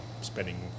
spending